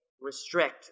restrict